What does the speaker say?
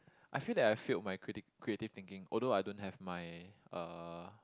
I feel that I failed my criti~ creative thinking although I don't have my uh